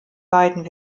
beiden